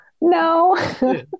No